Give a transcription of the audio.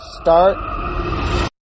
start